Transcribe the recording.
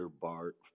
Bart